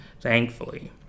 thankfully